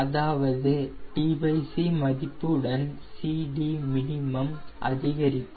அதாவது tc மதிப்புடன் CDmin அதிகரிக்கும்